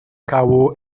cabo